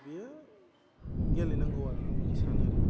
बियो गेलेनांगौ आंहा बेखो सानो आरो